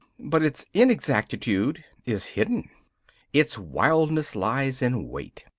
but its inexactitude is hidden its wildness lies in wait.